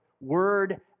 word